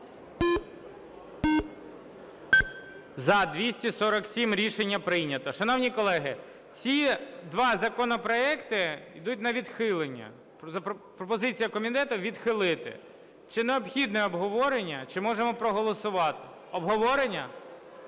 За-247 Рішення прийнято. Шановні колеги, ці два законопроекти йдуть на відхилення. Пропозиція комітету відхилити. Чи необхідне обговорення, чи можемо проголосувати? Обговорення?